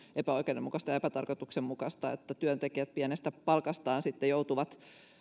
epäoikeudenmukaista ja epätarkoituksenmukaista että työntekijät pienestä palkastaan joutuvat